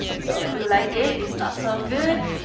so do like this is not so good.